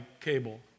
cable